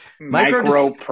micro